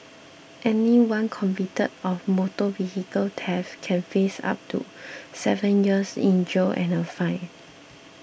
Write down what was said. anyone convicted of motor vehicle theft can face up to seven years in jail and a fine